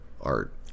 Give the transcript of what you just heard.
art